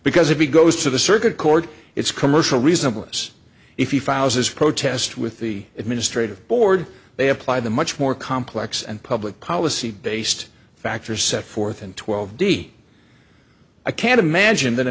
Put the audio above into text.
because if he goes to the circuit court it's commercial reasonable is if he files his protest with the administrative board they apply the much more complex and public policy based factor set forth in twelve d i can't imagine that